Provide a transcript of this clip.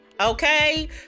Okay